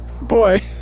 Boy